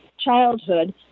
childhood